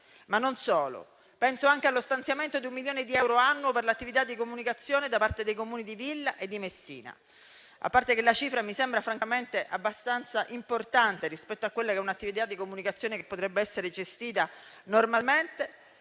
Non solo, penso anche allo stanziamento di un milione di euro all'anno per l'attività di comunicazione da parte dei Comuni di Villa San Giovanni e di Messina. A parte che francamente la cifra mi sembra abbastanza importante rispetto a un'attività di comunicazione che potrebbe essere gestita normalmente,